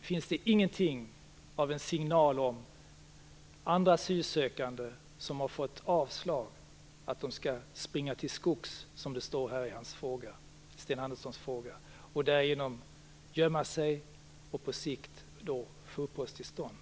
finns det ingenting av en signal om att andra asylsökande som har fått avslag skall springa till skogs, som det står i Sten Anderssons fråga, och därigenom gömma sig och på sikt få uppehållstillstånd.